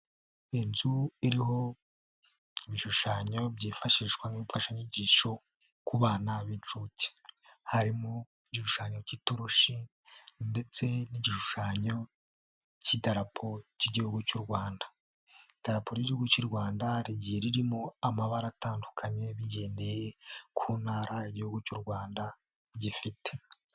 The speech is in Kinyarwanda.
Inzu iriho ibishushanyo byifashishwa nk'imfashanyigisho ku bana b'inshuke, harimo igishushanyo cy'itoroshi ndetse n'igishushanyo cy'idarapo ry'Igihugu cy'u Rwanda, idarapo ry'Igihugu cy'u Rwanda rigiye ririmo amabara atandukanye bigendeye ku Ntara Igihugu cy'u Rwanda gifite.